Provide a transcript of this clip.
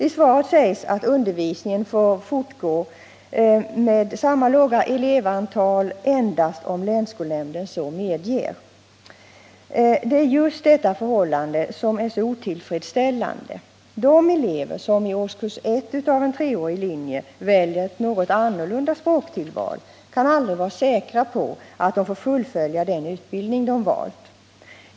I svaret sägs att undervisningen får fortgå med samma låga elevantal endast om länsskolnämnden så medger. Det är just detta förhållande som är så otillfredsställande. De elever som i årskurs ett av en treårig linje väljer ett något annorlunda språktillval kan aldrig vara säkra på att de får fullfölja den utbildning de valt.